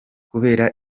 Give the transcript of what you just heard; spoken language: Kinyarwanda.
kubera